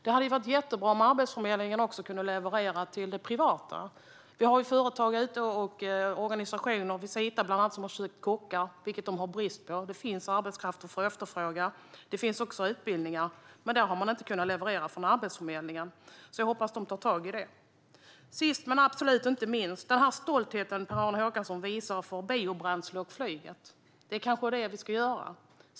Det vore jättebra om Arbetsförmedlingen också kunde leverera till det privata. Bland annat söker branschorganisationen Visita kockar, vilket det är brist på. Det efterfrågas arbetskraft, och det finns utbildningar. Men här har Arbetsförmedlingen inte kunnat leverera. Jag hoppas att man tar tag i det. Sist men absolut inte minst: Per-Arne Håkansson visar stolthet över biobränslet och flyget. Det är kanske detta vi ska göra.